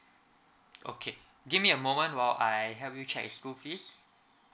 okay give me a moment while I help you check his school fees